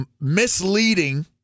misleading